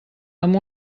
amb